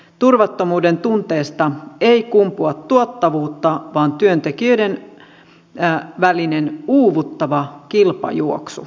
turvattomuuden tunteesta ei kumpua tuottavuutta vaan työntekijöiden välinen uuvuttava kilpajuoksu